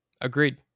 Agreed